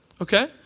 Okay